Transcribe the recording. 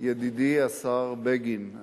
ידידי השר בגין,